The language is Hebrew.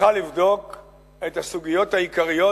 שצריכה לבדוק את הסוגיות העיקריות,